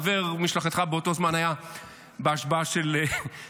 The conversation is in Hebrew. חבר מפלגתך היה באותו זמן בהשבעה של טראמפ,